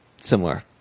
Similar